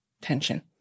tension